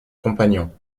compagnon